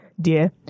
dear